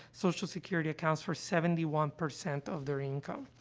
social security accounts for seventy one percent of their income.